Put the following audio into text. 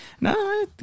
No